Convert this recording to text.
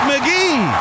McGee